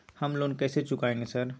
हम लोन कैसे चुकाएंगे सर?